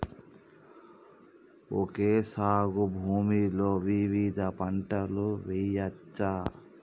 Okay సాగు భూమిలో వివిధ పంటలు వెయ్యచ్చా?